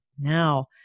now